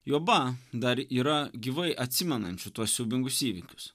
juoba dar yra gyvai atsimenančių tuos siaubingus įvykius